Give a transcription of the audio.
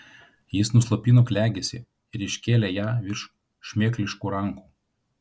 jis nuslopino klegesį ir iškėlė ją virš šmėkliškų rankų